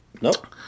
Nope